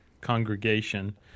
congregation